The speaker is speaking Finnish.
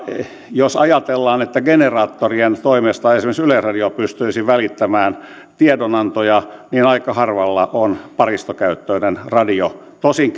jos ajatellaan että generaattoreiden toimesta esimerkiksi yleisradio pystyisi välittämään tiedonantoja niin aika harvalla on paristokäyttöinen radio tosin